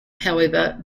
however